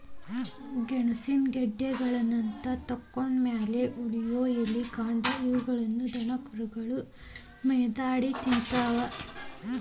ಗೆಣಸಿನ ಗೆಡ್ಡೆಗಳನ್ನತಕ್ಕೊಂಡ್ ಮ್ಯಾಲೆ ಉಳಿಯೋ ಎಲೆ, ಕಾಂಡ ಇವುಗಳನ್ನ ದನಕರುಗಳಿಗೆ ಮೇವಾಗಿ ಉಪಯೋಗಸ್ತಾರ